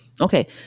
Okay